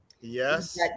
yes